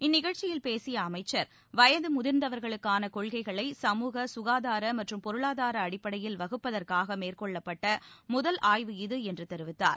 இந்நிகழ்ச்சியில் பேசிய அமைச்சர் வயது முதிர்ந்தவர்களுக்கான கொள்கைகளை சமூக சுகாதார மற்றும் பொருளாதார அடிப்படையில் வகுப்பதற்காக மேற்கொள்ளப்பட்ட முதல் ஆய்வு இது என்று தெரிவித்தார்